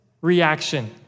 reaction